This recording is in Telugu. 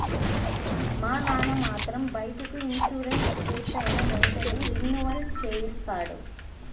మా నాన్న మాత్రం బైకుకి ఇన్సూరెన్సు పూర్తయిన వెంటనే రెన్యువల్ చేయిస్తాడు